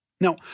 Now